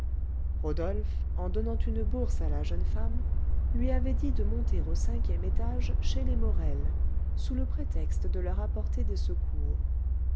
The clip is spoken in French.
rodolphe en donnant une bourse à la jeune femme lui avait dit de monter au cinquième étage chez les morel sous le prétexte de leur apporter des secours